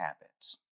habits